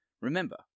Remember